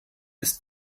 ist